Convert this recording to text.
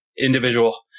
individual